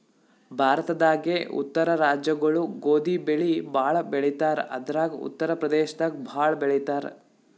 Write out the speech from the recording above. ಭಾರತದಾಗೇ ಉತ್ತರ ರಾಜ್ಯಗೊಳು ಗೋಧಿ ಬೆಳಿ ಭಾಳ್ ಬೆಳಿತಾರ್ ಅದ್ರಾಗ ಉತ್ತರ್ ಪ್ರದೇಶದಾಗ್ ಭಾಳ್ ಬೆಳಿತಾರ್